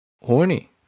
horny